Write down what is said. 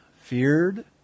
feared